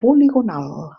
poligonal